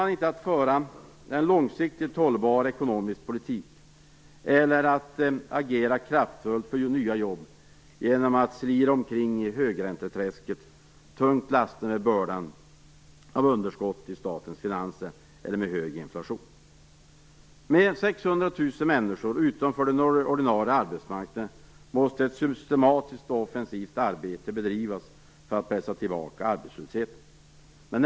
Det går inte att föra en långsiktigt hållbar ekonomisk politik eller att kraftfullt agera för nya jobb genom att slira omkring i högränteträsket, tungt lastade med bördan av underskott i statens affärer eller med hög inflation. Med 600 000 människor utanför den ordinarie arbetsmarknaden måste ett systematiskt och offensivt arbete bedrivas för att pressa tillbaka arbetslösheten.